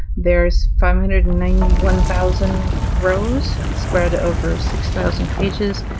there's five hundred and ninety one thousand rows spread over six thousand pages.